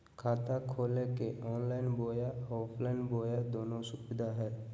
खाता खोले के ऑनलाइन बोया ऑफलाइन बोया दोनो सुविधा है?